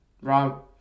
Rob